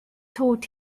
taught